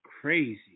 Crazy